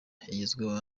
igezweho